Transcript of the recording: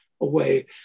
away